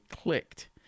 clicked